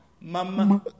mama